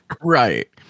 right